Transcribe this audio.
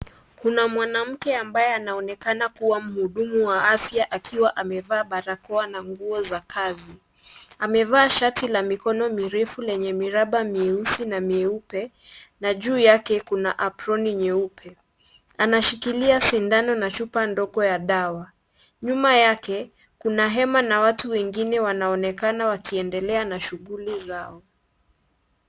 Kuna mwanamke ambaye anaonekana kuwa mhudumu wa afya akiwa amevaa barakoa na nguo za kazi. Amevaa shati la mikono mirefu lenye miraba mieusi na mieupe na juu yake kuna aproni nyeupe. Anashikilia sindano na chupa ndogo ya dawa. Nyuma yake kuna hema na watu wengine wanaonekana wakiendelea na shughuli zao.